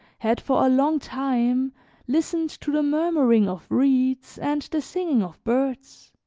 had for a long time listened to the murmuring of reeds and the singing of birds.